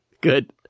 Good